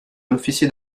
officier